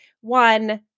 one